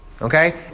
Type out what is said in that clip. Okay